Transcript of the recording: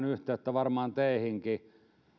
yhteyttä varmaan teihinkin